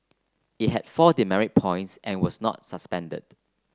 it had four demerit points and was not suspended